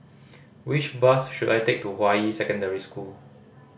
which bus should I take to Hua Yi Secondary School